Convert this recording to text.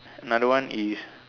another one is